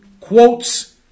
quotes